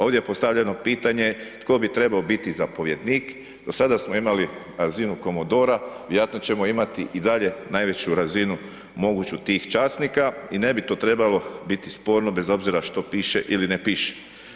Ovdje je postavljeno pitanje tko bi trebao biti zapovjednik, do sada smo imali razinu komodora, vjerojatno ćemo imati i dalje najveću razinu moguću tih časnika i ne bi to trebalo biti sporno bez obzira što piše ili ne piše.